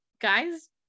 guys